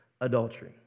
adultery